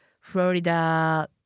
Florida